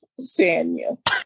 Sanya